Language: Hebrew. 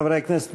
חברי הכנסת,